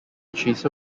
chiesa